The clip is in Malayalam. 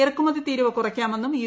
ഇറക്കുമതി തീരുവ കുറയ്ക്കാമെന്നും യു